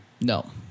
No